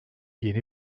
yeni